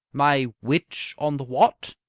my which on the what?